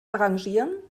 arrangieren